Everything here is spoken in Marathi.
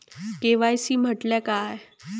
के.वाय.सी म्हटल्या काय?